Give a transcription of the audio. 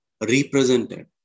represented